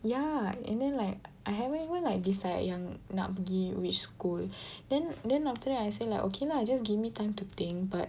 ya and then like I haven't even like decide yang nak pergi which school then then after that I say like okay lah just give me time to think but